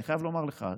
אני חייב לומר לך,